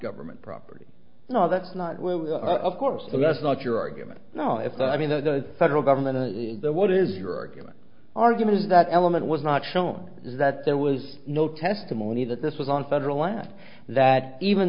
government property no that's not where we are of course but that's not your argument now if i mean the federal government what is your argument argument is that element was not shown is that there was no testimony that this was on federal land that even